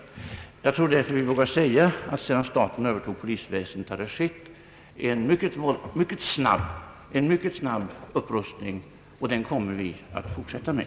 Jag tror därför att vi vågar säga att det sedan staten övertog polisväsendet har skett en mycket snabb upprustning, som vi också kommer att fortsätta med.